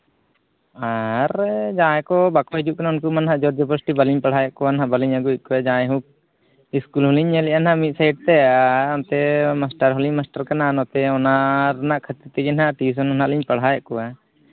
ᱟᱨ ᱡᱟᱦᱟᱸᱭ ᱠᱚ ᱵᱟᱠᱚ ᱦᱤᱡᱩᱜ ᱠᱟᱱᱟ ᱩᱱᱠᱩ ᱢᱟ ᱱᱟᱜ ᱡᱳᱨᱼᱡᱚᱵᱚᱥᱛᱤ ᱵᱟᱹᱞᱤᱧ ᱯᱟᱲᱦᱟᱣᱮᱫ ᱠᱚᱣᱟ ᱱᱟᱜ ᱵᱟᱹᱞᱤᱧ ᱟᱹᱜᱩᱭᱮᱫ ᱠᱚᱣᱟ ᱡᱟᱭᱦᱳᱠ ᱤᱥᱠᱩᱞ ᱦᱚᱞᱤᱧ ᱧᱮᱞᱮᱜᱼᱟ ᱦᱟᱸᱜ ᱢᱤᱫ ᱥᱮᱡ ᱛᱮ ᱟᱨ ᱚᱱᱛᱮ ᱢᱟᱥᱴᱟᱨ ᱦᱚᱞᱤᱧ ᱢᱟᱥᱴᱟᱨ ᱠᱟᱱᱟ ᱱᱚᱛᱮ ᱚᱱᱟ ᱨᱮᱱᱟᱜ ᱠᱷᱟᱹᱛᱤᱨ ᱛᱮᱜᱮ ᱱᱟᱜ ᱴᱤᱭᱩᱥᱚᱱ ᱫᱚ ᱱᱟᱜ ᱞᱤᱧ ᱯᱟᱲᱦᱟᱣᱮᱫ ᱠᱚᱣᱟ